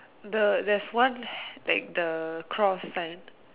the there is one like the cross sign